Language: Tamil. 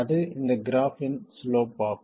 அது இந்த கிராஃப்பின் சிலோப் ஆகும்